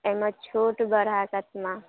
एहिमे छुट देबै केतना